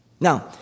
Now